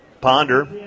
Ponder